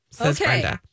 Okay